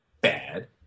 bad